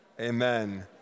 Amen